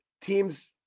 teams